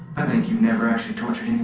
i think you've never actually tortured